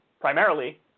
primarily